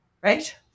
right